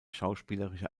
schauspielerische